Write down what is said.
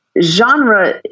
genre